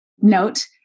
note